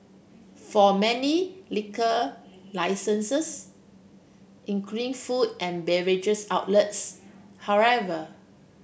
for many liquor licensees including food and beverages outlets however